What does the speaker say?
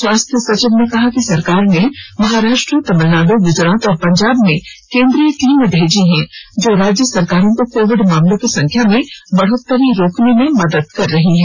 स्वास्थ्य सचिव ने कहा कि सरकार ने महाराष्ट्र तमिलनाड गुजरात और पंजाब में केंद्रीय टीमें भेजी हैं जो राज्य सरकारों को कोविड मामलों की संख्या में बढ़ोतरी रोकर्न में मदद कर रही हैं